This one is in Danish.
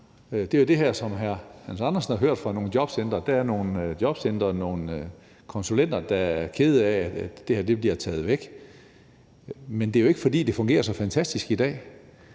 Det er det, hr. Hans Andersen har hørt fra nogle jobcentre. Der er nogle jobcentre og nogle konsulenter, der er kede af, at det her bliver taget væk. Men det er jo ikke, fordi det fungerer så fantastisk i dag.